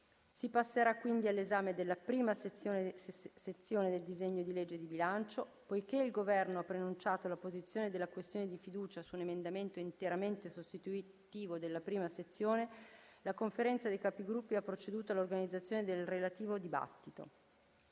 Si passerà quindi all’esame della prima sezione del disegno di legge di bilancio. Poiché il Governo ha preannunciato la posizione della questione di fiducia su un emendamento interamente sostitutivo della prima sezione, la Conferenza dei Capigruppo ha proceduto all’organizzazione del relativo dibattito.